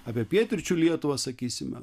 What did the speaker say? apie pietryčių lietuvą sakysime